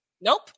Nope